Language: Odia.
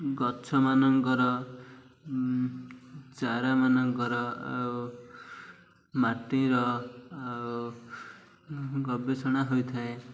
ଗଛମାନଙ୍କର ଚାରାମାନଙ୍କର ଆଉ ମାଟିର ଆଉ ଗବେଷଣା ହୋଇଥାଏ